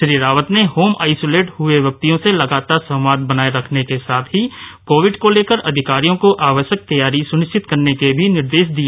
श्री रावत ने home isolate हुए व्यक्तियों से लगातार संवाद बनाए रखने के साथ ही कोविड को लेकर अधिकारियों को आवश्यक तैयारी सुनिश्चित करने के भी निर्देश दिए